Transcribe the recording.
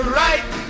right